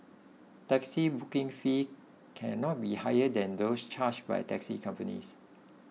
taxi booking fees cannot be higher than those charged by taxi companies